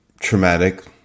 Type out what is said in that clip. traumatic